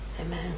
Amen